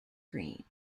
cream